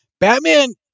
Batman